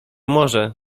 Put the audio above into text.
może